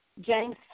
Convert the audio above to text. James